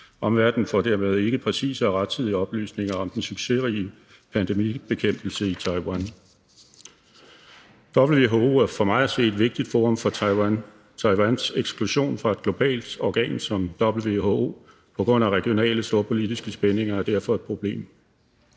Omverdenen får dermed ikke præcise og rettidige oplysninger om den succesrige pandemibekæmpelse i Taiwan. WHO er for mig at se et vigtigt forum for Taiwan. Taiwans eksklusion fra et globalt organ som WHO på grund af regionale storpolitiske spændinger er derfor et problem